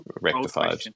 rectified